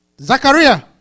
Zachariah